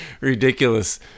ridiculous